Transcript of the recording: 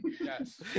Yes